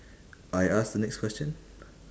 I ask the next question